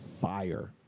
Fire